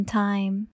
time